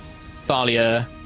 Thalia